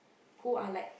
who are like